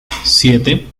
siete